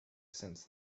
since